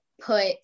put